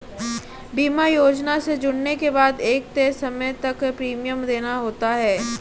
बीमा योजना से जुड़ने के बाद एक तय समय तक प्रीमियम देना होता है